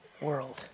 world